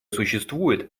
существует